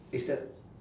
is that